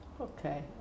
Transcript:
Okay